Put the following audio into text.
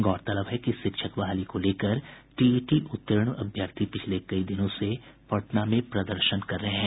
गौरतलब है कि शिक्षक बहाली को लेकर टीईटी उत्तीर्ण अभ्यर्थी पिछले कई दिनों से पटना में प्रदर्शन कर रहे हैं